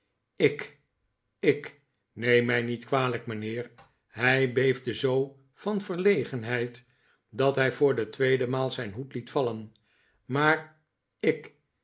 ik ik neem mij niet kwalijk mijnheer hij beefde zoo van verlegenheid dat hij voor de tweede maal zijn hoed liet vallen maar ik